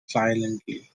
silently